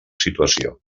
situació